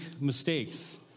mistakes